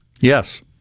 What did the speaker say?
Yes